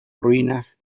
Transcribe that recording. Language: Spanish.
ruinas